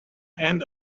end